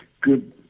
good